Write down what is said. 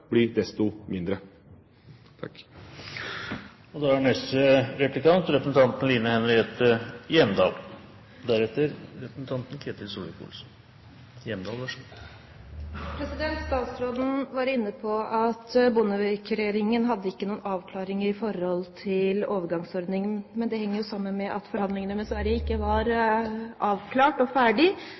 desto mindre. Statsråden var inne på at Bondevik-regjeringen ikke hadde noen avklaring av overgangsordningene. Det henger sammen med at forhandlingene med Sverige ikke var